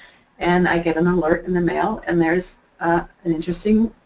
and i get an alert in the mail and there's an interesting